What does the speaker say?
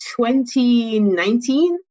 2019